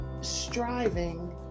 striving